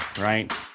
right